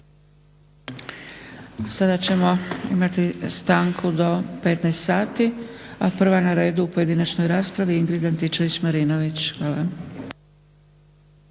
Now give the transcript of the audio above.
Sada ćemo imati stanku do 15 sati, a prva na redu u pojedinačnoj raspravi Ingrid Antičević-Marinović. Hvala.